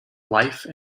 life